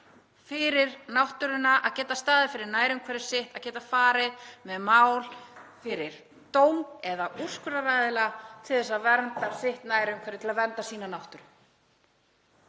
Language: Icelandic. fyrir náttúruna, að geta staðið fyrir nærumhverfi sitt, að geta farið með mál fyrir dóm eða úrskurðaraðila til að vernda sitt nærumhverfi, til að vernda sína náttúru.